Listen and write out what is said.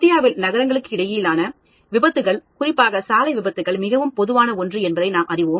இந்தியாவில் நகரங்களுக்கு இடையிலான விபத்துகள் குறிப்பாக சாலை விபத்துகள் மிகவும் பொதுவான ஒன்று என்பதை நாம் அறிவோம்